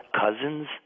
cousins